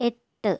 എട്ട്